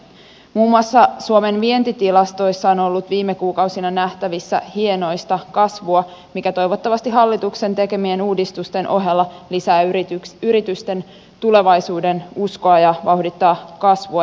muun muassa suomen vientitilastoissa on ollut viime kuukausina nähtävissä hienoista kasvua mikä toivottavasti hallituksen tekemien uudistusten ohella lisää yritysten tulevaisuudenuskoa ja vauhdittaa kasvua ja investointeja